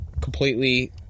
completely